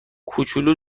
کوچولو